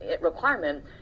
requirement